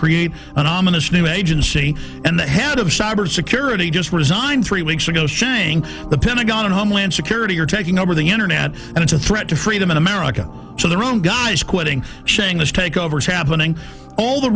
create an ominous new agency and the head of cyber security just resigned three weeks ago saying the pentagon and homeland security are taking over the internet and it's a threat to freedom in america to their own guys quitting chinglish takeover is happening all the